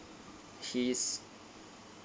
he is